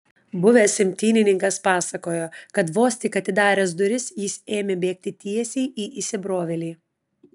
buvęs imtynininkas pasakojo kad vos tik atidaręs duris jis ėmė bėgti tiesiai į įsibrovėlį